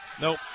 Nope